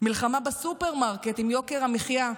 למלחמה בסופרמרקט עם יוקר המחיה,